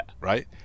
Right